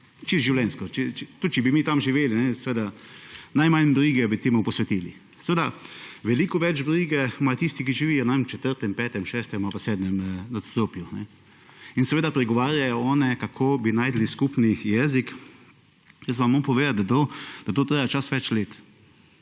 Čisto življenjsko. Tudi, če bi mi tam živeli seveda najmanj brige bi temu posvetili. Seveda veliko več brige imajo tisti, ki živijo ne vem v četrtem, petem, šestem ali pa sedmem nadstropju in seveda pregovarjajo one kako bi našli skupni jezik. Jaz vam moram povedati, da to traja včasih več let.